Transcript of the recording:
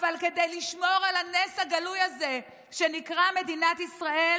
אבל כדי לשמור על הנס הגלוי הזה שנקרא מדינת ישראל,